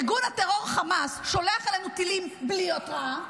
ארגון הטרור חמאס שולח אלינו טילים בלי התרעה,